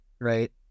right